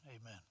Amen